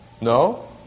No